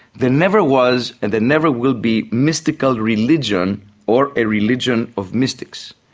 there never was and there never will be mystical religion or a religion of mystics.